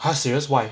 !huh! serious why